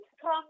come